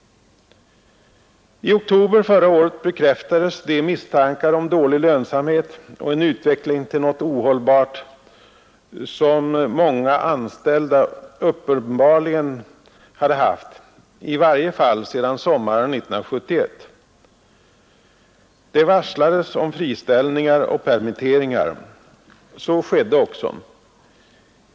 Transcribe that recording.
I oktober förra året bekräftades de misstankar om dålig lönsamhet och en utveckling till någonting ohållbart som många anställda uppenbarligen hade haft i varje fall sedan sommaren 1971. Det varslades om friställningar och permitteringar, och sådana åtgärder vidtogs också.